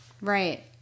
Right